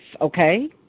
okay